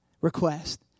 request